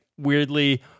weirdly